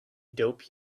dope